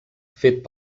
fet